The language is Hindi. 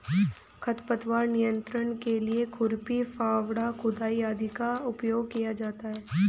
खरपतवार नियंत्रण के लिए खुरपी, फावड़ा, खुदाई आदि का प्रयोग किया जाता है